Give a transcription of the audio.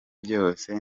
byose